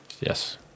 Yes